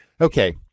okay